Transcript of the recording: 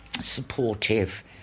supportive